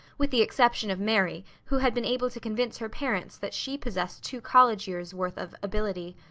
with the exception of mary, who had been able to convince her parents that she possessed two college years' worth of ability.